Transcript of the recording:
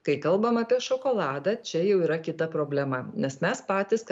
kai kalbam apie šokoladą čia jau yra kita problema nes mes patys